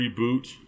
reboot